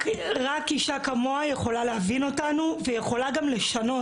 רק אישה כמוה יכולה להבין אותנו ויכולה גם לשנות,